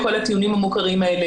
כל הטיעונים המוכרים האלה.